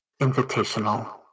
Invitational